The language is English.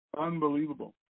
Unbelievable